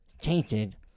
tainted